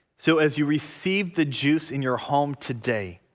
so as you receive the juice in your home today